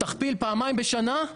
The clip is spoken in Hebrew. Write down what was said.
תכפיל פעמיים בשנה,